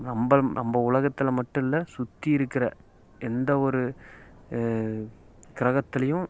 நம்ம நம்ம உலகத்தில் மட்டுமில்ல சுற்றி இருக்கிற எந்த ஒரு கிரகத்திலையும்